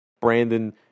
Brandon